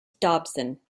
dobson